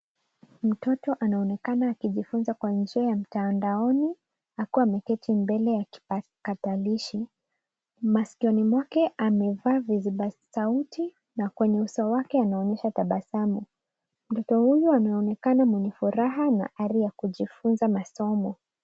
Mtoto anaonekana akijifunza kwa njia ya mtandaoni, akiwa ameketi mbele ya kipakatalishi. Masikioni mwake amevaa viziba sauti, na kwenye uso wake anaonyesha tabasamu. Mtoto huyo anaonekana mwenye furaha na hali ya kujifunza masomo.